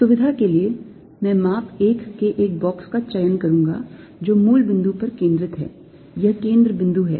सुविधा के लिए मैं माप 1 के एक बॉक्स का चयन करूंगा जो मूल बिंदु पर केंद्रित है यह केंद्र बिंदु है